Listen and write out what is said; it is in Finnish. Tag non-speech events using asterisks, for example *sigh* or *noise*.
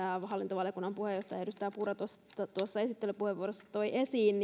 hallintovaliokunnan puheenjohtaja edustaja purra tuossa tuossa esittelypuheenvuorossa toi esiin *unintelligible*